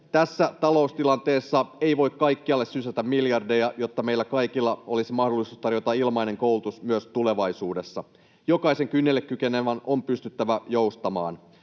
Tässä taloustilanteessa ei voi kaikkialle sysätä miljardeja, jotta meillä kaikilla olisi mahdollisuus tarjota ilmainen koulutus myös tulevaisuudessa. Jokaisen kynnelle kykenevän on pystyttävä joustamaan.